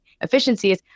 efficiencies